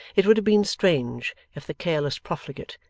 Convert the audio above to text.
it would have been strange if the careless profligate,